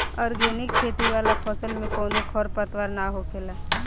organic खेती वाला फसल में कवनो खर पतवार ना होखेला